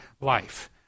life